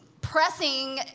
pressing